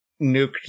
nuked